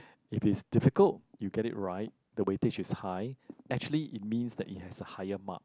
if it's difficult you get it right the weightage is high actually it means that it has a higher mark